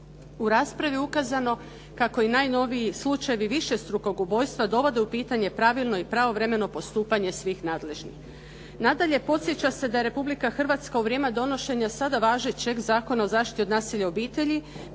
U raspravi je ukazano kao i najnoviji slučajevi višestrukog ubojstva dovode u pitanje pravilno i pravovremeno postupanje svih nadležnih. Nadalje, podsjeća se da je Republika Hrvatska u vrijeme donošenja sada važećeg Zakona o zaštiti od nasilja u obitelji